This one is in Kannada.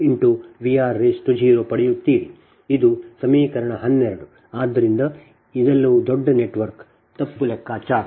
ಆದ್ದರಿಂದ ಇವೆಲ್ಲವೂ ದೊಡ್ಡ ನೆಟ್ವರ್ಕ್ ತಪ್ಪು ಲೆಕ್ಕಾಚಾರ